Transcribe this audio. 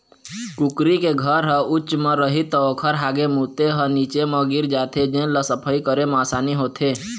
कुकरी के घर ह उच्च म रही त ओखर हागे मूते ह नीचे म गिर जाथे जेन ल सफई करे म असानी होथे